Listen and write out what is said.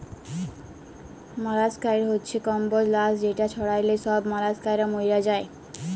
molluscicide হছে কমবজ লাসক যেট ছড়াল্যে ছব মলাসকালা ম্যইরে যায়